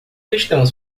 estamos